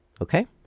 Okay